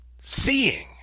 seeing